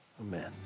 amen